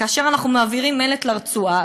כאשר אנחנו מעבירים מלט לרצועה,